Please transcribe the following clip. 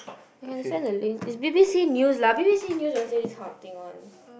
you can send the link it's B_B_C news lah B_B_C news won't say this kind of thing one